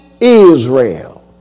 Israel